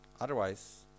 Otherwise